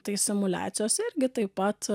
tai simuliacijos irgi taip pat